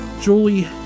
Julie